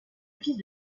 fils